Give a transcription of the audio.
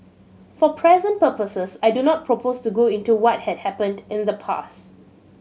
for present purposes I do not propose to go into what had happened in the past